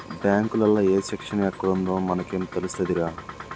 బాంకులల్ల ఏ సెక్షను ఎక్కడుందో మనకేం తెలుస్తదిరా